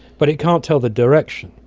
but it can't tell the direction.